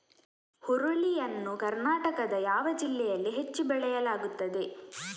ಹುರುಳಿ ಯನ್ನು ಕರ್ನಾಟಕದ ಯಾವ ಜಿಲ್ಲೆಯಲ್ಲಿ ಹೆಚ್ಚು ಬೆಳೆಯಲಾಗುತ್ತದೆ?